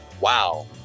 wow